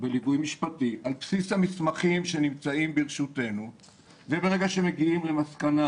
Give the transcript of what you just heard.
בליווי משפטי על בסיס המסמכים שנמצאים ברשותנו וברגע שמגיעים למסקנה,